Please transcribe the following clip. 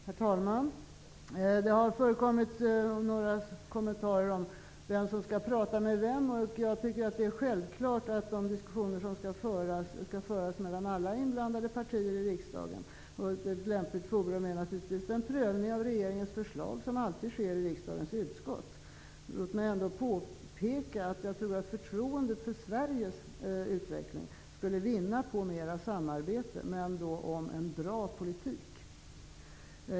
Herr talman! Det har förekommit några kommentarer om vem som skall prata med vem. Jag tycker att det är självklart att de diskussioner som förs skall föras mellan alla inblandade partier i riksdagen. Ett lämpligt forum är naturligtvis den prövning av regeringsförslag som alltid sker i riksdagens utskott. Låt mig ändå påpeka att jag tror att förtroendet för Sveriges utveckling skulle vinna på mera samarbete men då om en bra politik.